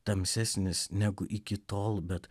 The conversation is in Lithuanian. tamsesnis negu iki tol bet